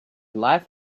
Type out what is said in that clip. life